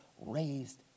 raised